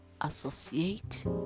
associate